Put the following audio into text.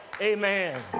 Amen